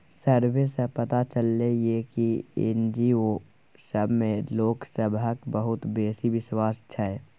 survey सँ पता चलले ये की जे एन.जी.ओ सब मे लोक सबहक बहुत बेसी बिश्वास छै